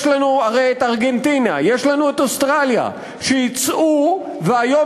יש לנו הרי ארגנטינה ויש לנו אוסטרליה שייצאו והיום